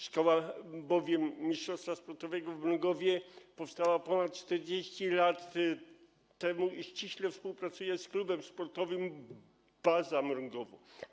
Szkoła mistrzostwa sportowego w Mrągowie powstała ponad 40 lat temu i ściśle współpracuje z Klubem Sportowym „Baza Mrągowo”